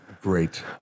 Great